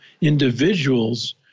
individuals